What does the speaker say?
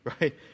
Right